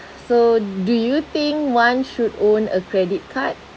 so do you think one should own a credit card